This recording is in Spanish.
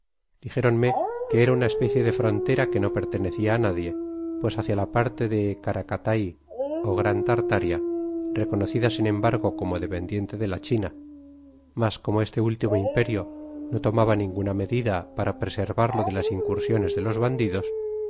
dijéronme que era una especie de frontera que no pertenecia á nadie pues hacia parte de karakathay ó gran tartaria reconocida sin embargo como dependiente de la china mas como este último imperio no tornaba ninguna medida para preservarlo de las incursiones de los bandidos